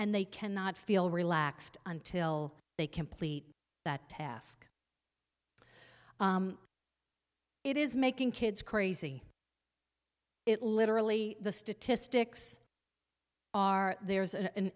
and they cannot feel relaxed until they complete that task it is making kids crazy it literally the statistics are there is an